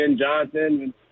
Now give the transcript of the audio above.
Johnson